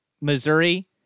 Missouri